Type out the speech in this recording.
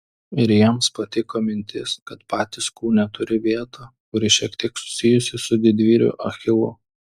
ir jiems patiko mintis kad patys kūne turi vietą kuri šiek tiek susijusi su didvyriu achilu